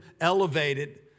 elevated